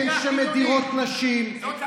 הן שמדירות נשים, זאת כפייה חילונית.